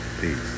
peace